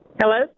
hello